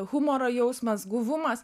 humoro jausmas guvumas